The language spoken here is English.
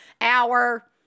hour